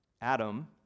Adam